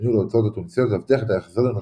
בניהול ההוצאות התוניסאיות ולהבטיח את ההחזר לנושים.